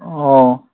ও